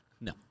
No